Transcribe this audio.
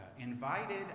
invited